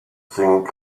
singing